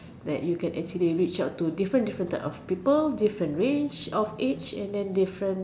that you can actually reach out to different different type of people different range of age and different